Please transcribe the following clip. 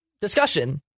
discussion